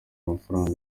amafaranga